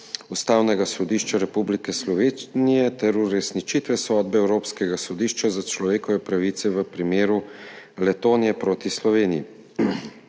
Ustavnega sodišča Republike Slovenije ter uresničitev sodbe Evropskega sodišča za človekove pravice v primeru Letonja proti Sloveniji.